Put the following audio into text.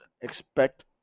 expect